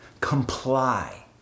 Comply